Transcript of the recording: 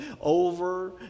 over